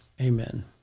Amen